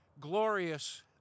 glorious